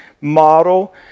model